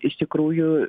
iš tikrųjų